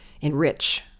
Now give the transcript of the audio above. enrich